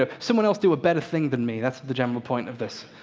ah someone else do a better thing than me, that's the general point of this.